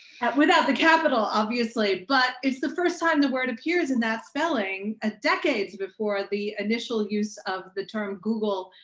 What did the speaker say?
without the capital obviously, but it's the first time the word appears in that spelling, ah decades before the initial use of the term google,